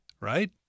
right